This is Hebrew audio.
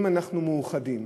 אם אנחנו מאוחדים,